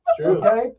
Okay